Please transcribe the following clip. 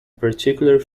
particular